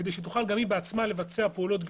כדי שתוכל גם היא בעצמה לבצע פעולות גבייה,